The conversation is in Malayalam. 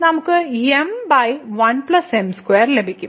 നമുക്ക് m1m2 ലഭിക്കും